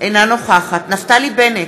אינה נוכחת נפתלי בנט,